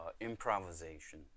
improvisation